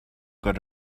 got